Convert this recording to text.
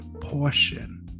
portion